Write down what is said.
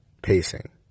Pacing